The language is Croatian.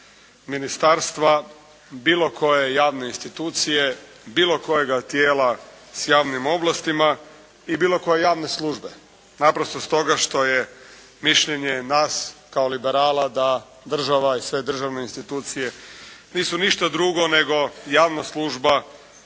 ministarstva, bilo kej javne institucije, bilo kojega tijela s javnim ovlastima i bilo koje javne službe naprosto stoga što je mišljenje nas kao liberala da država i sve državne institucije nisu ništa drugo nego javna služba